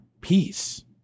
peace